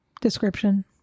description